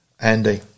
Andy